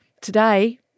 Today